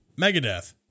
Megadeth